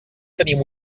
tenim